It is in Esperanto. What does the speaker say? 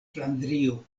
flandrio